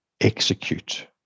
execute